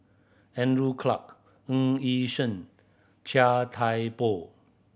Andrew Clarke Ng Yi Sheng Chia Thye Poh